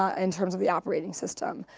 ah in terms of the operating system,